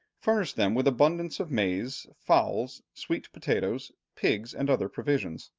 furnished them with abundance of maize, fowls, sweet potatoes, pigs, and other provisions.